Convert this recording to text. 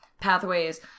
pathways